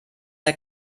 der